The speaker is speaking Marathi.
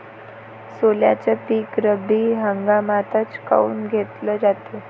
सोल्याचं पीक रब्बी हंगामातच काऊन घेतलं जाते?